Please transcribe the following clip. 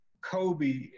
Kobe